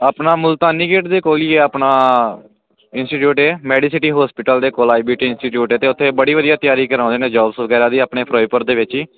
ਆਪਣਾ ਮੁਲਤਾਨੀ ਗੇਟ ਦੇ ਕੋਲ ਹੀ ਆਪਣਾ ਇੰਸਟੀਟਿਊਟ ਹੈ ਮੈਡੀਸਿਟੀ ਹੋਸਪਿਟਲ ਦੇ ਕੋਲ ਆਈਬੀਟੀ ਇੰਸਟੀਚਿਊਟ ਤੇ ਉੱਥੇ ਬੜੀ ਵਧੀਆ ਤਿਆਰੀ ਕਰਾਉਂਦੇ ਨੇ ਜੋਬਸ ਵਗੈਰਾ ਦੀ ਆਪਣੀ ਫਿਰੋਜਪੁਰ ਦੇ ਵਿੱਚ ਹੀ